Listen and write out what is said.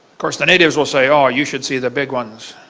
course, the natives will say, ah ah you should see the big ones!